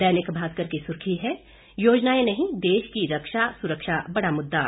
दैनिक भास्कर की सुर्खी है योजनाएं नहीं देश की रक्षा सुरक्षा बड़ा मुद्दा